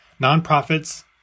nonprofits